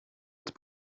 het